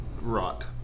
rot